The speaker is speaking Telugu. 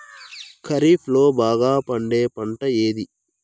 ఖరీఫ్ లో బాగా పండే పంట ఏది?